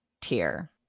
tier